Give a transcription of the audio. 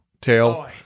tail